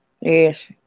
Yes